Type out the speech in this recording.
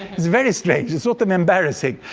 it's very strange. it's sort of embarrassing.